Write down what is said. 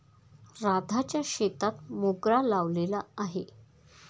राधाच्या शेतात मोगरा लावलेला आहे